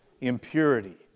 impurity